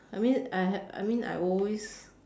I mean I had I mean I always